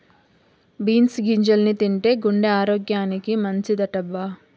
beans గింజల్ని తింటే గుండె ఆరోగ్యానికి మంచిదటబ్బా